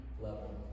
level